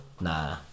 Nah